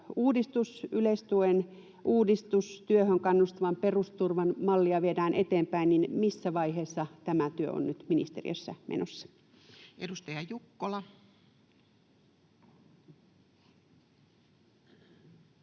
uudistus, yleistuen uudistus, työhön kannustavan perusturvan mallia viedään eteenpäin, niin missä vaiheessa tämä työ on nyt ministeriössä menossa? [Speech 43]